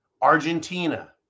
Argentina